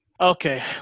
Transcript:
Okay